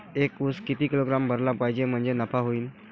एक उस किती किलोग्रॅम भरला पाहिजे म्हणजे नफा होईन?